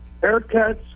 haircuts